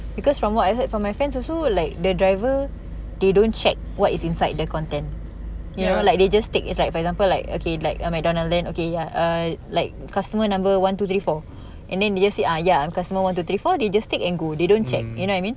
because from what I heard from my friends also like the driver they don't check what is inside the content you know like they just take it's like for example like okay like uh mcdonald's then okay ya err like customer number one two three four and then they just say ah ya I am customer one two three four they just take and go they don't check you know what I mean